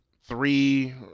three